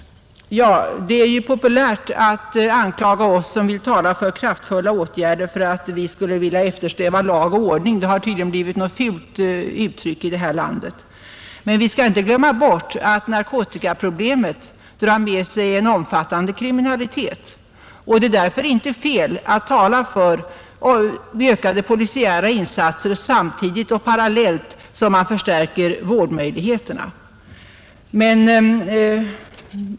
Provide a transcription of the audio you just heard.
Det är populärt att anklaga oss som vill tala för kraftfulla åtgärder för att vi skulle vilja till överdrift hävda lag och ordning. Det har tydligen blivit något fult uttryck i det här landet. Men vi skall inte glömma bort att narkomanin drar med sig en omfattande kriminalitet. Det är därför inte fel att tala för ökade polisiära insatser parallellt med att man förstärker vårdmöjligheterna.